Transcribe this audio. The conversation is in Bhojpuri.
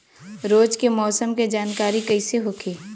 रोज के मौसम के जानकारी कइसे होखि?